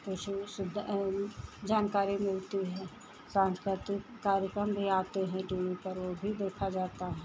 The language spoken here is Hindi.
तो उसमें सुविधा जानकारी मिलती है साँस्कृतिक कार्यक्रम भी आते हैं टी वी पर वह भी देखा जाता है